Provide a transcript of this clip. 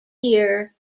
here